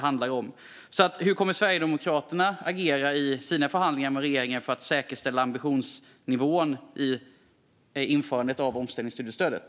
Hur kommer Sverigedemokraterna att agera i sina förhandlingar med regeringen för att säkerställa ambitionsnivån i införandet av omställningsstudiestödet?